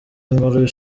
nkuru